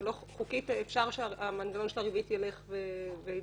חוקית אפשר שהמנגנון של הריבית ילך וייווסף.